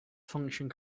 function